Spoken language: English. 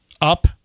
up